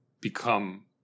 become